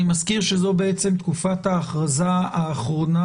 אני מזכיר שזו בעצם תקופת ההכרזה האחרונה